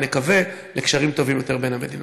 ונקווה לקשרים טובים יותר בין המדינות.